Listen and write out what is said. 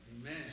Amen